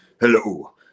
hello